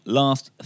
last